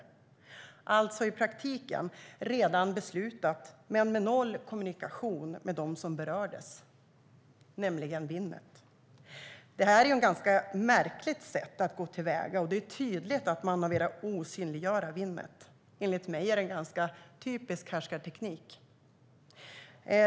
Det var alltså i praktiken redan beslutat men med noll kommunikation med dem som berördes, nämligen Winnet. Detta är ett ganska märkligt sätt att gå till väga, och det är tydligt att man har velat osynliggöra Winnet. Enligt mig är det en ganska typisk härskarteknik.